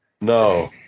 No